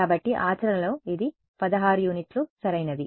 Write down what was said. కాబట్టి ఆచరణలో ఇది 16 యూనిట్లు సరైనది